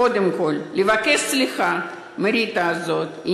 כאשר מגיע למשטרה מידע לא נכון.